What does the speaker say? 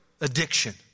addiction